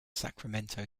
sacramento